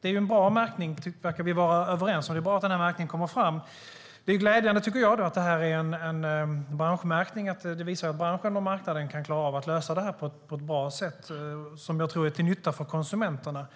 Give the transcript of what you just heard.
Det är en bra märkning, verkar vi vara överens om. Det är bra att den här märkningen kommer fram, och jag tycker att det är glädjande att det är en branschmärkning. Det visar att branschen och marknaden kan klara av att lösa det här på ett bra sätt som jag tror är till nytta för konsumenterna.